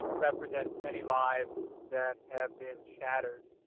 represents many lives that have been shattered